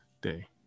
day